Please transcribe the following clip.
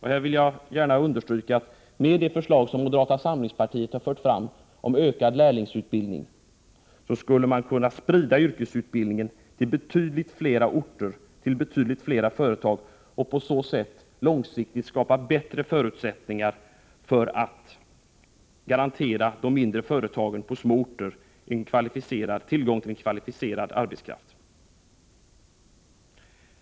Här vill jag understryka att med de förslag som moderata samlingspartiet fört fram om ökad lärlingsutbildning skulle man kunna sprida yrkesutbildningen till betydligt flera orter och företag och på så sätt långsiktigt skapa bättre förutsättningar för att garantera de mindre företagen på små orter tillgång till kvalificerad arbetskraft.